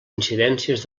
incidències